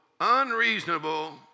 unreasonable